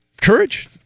courage